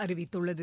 அறிவித்துள்ளது